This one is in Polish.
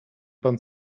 pan